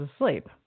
asleep